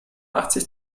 achtzig